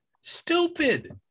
stupid